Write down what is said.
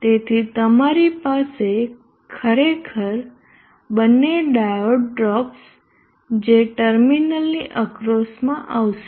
તેથી તમારી પાસે ખરેખર બંને ડાયોડ ડ્રોપ્સ જે ટર્મિનલની અક્રોસમાં આવશે